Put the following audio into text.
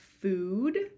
food